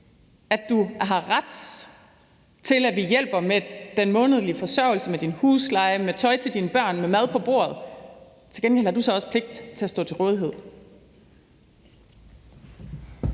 at du har ret til, at vi hjælper med den månedlige forsørgelse, med din husleje, med tøj til dine børn og med at få mad på bordet, men at du så til gengæld også har pligt til at stå til rådighed.